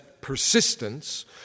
persistence